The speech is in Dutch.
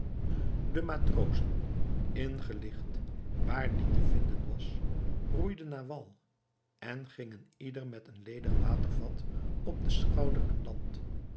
de matrozen ingelicht waar die te vinden was roeiden naar wal en gingen ieder met een ledig watervat op den schouder aan land